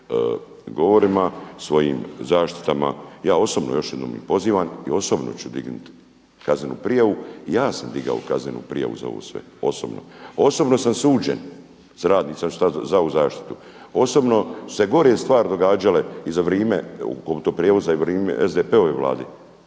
svojim govorima, svojim zaštitama. Ja osobno još jednom i pozivam i osobno ću dignut kaznenu prijavu. Ja sam digao kaznenu prijavu za ovo sve, osobno. Osobno sam suđen za …/Govornik se ne razumije./… zaštitu, osobno su se gore stvari događale i za vrime oko tog prijevoza i vrime SDP-ove Vlade.